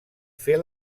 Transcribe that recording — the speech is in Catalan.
fer